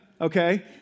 okay